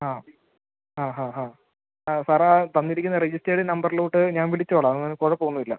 ആ ആ ഹാ ഹാ ആ സാറേ ആ തന്നിരിക്കുന്ന രജിസ്റ്റേർഡ് നമ്പറിലോട്ട് ഞാൻ വിളിച്ചോളാം അതൊന്ന് കുഴപ്പം ഒന്നുമില്ല